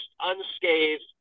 unscathed